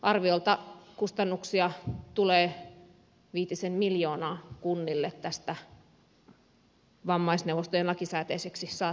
arviolta kustannuksia tulee viitisen miljoonaa kunnille tästä vammaisneuvostojen lakisääteiseksi saattamisesta